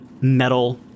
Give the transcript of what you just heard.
metal